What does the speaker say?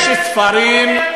זה קודש של עם ישראל.